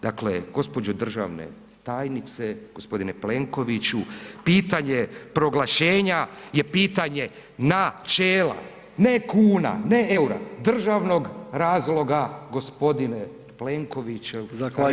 Dakle, gospođo državne tajnice, gospodine Plenkoviću pitanje proglašenja je pitanje načela ne kuna, ne EUR-a, državnog razloga gospodine Plenkovićev horizont da.